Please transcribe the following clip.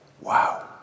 wow